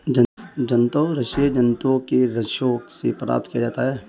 जांतव रेशे जंतुओं के रेशों से प्राप्त किया जाता है